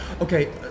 Okay